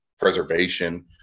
preservation